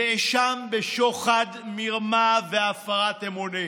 נאשם בשוחד, מרמה והפרת אמונים.